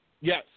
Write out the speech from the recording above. Yes